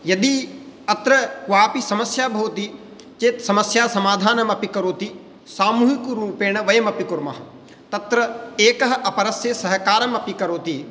यदि अत्र क्वापि समस्या भवति चेत् समस्या समाधानमपि करोति सामूहिकरूपेण वयमपि कुर्मः तत्र एकः अपरस्य सहकारमपि करोति